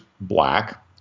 black